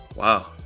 Wow